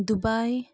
Dubai